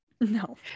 No